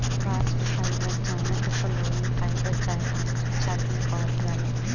bast fibre जवना के phloem fibre चाहे आंतरिक छाल भी कहल जाला